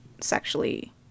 sexually